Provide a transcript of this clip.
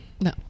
No